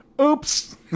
Oops